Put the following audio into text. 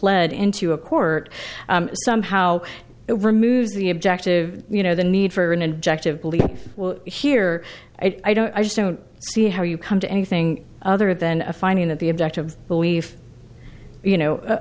pled into a court somehow removes the objective you know the need for an injective belief here i don't i just don't see how you come to anything other than a finding that the object of belief you know